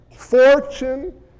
Fortune